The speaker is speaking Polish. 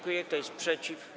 Kto jest przeciw?